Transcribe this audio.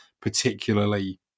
particularly